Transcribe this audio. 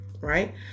right